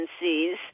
agencies